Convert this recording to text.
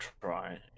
try